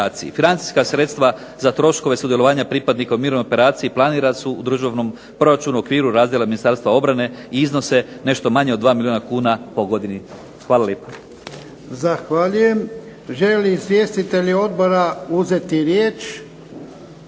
Financijska sredstva za troškove sudjelovanja pripadnika u mirovnoj operaciji planirana su u državnom proračunu u okviru razdjela Ministarstva obrane i iznose nešto manje od 2 milijuna kuna po godini. Hvala lijepa.